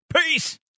Peace